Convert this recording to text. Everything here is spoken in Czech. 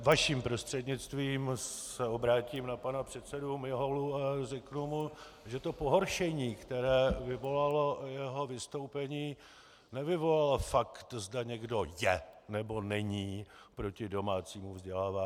Vaším prostřednictvím se obrátím na pana předsedu Miholu a řeknu mu, že to pohoršení, které vyvolalo jeho vystoupení, nevyvolal fakt, zda někdo je, nebo není proti domácímu vzdělávání.